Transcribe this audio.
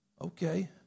Okay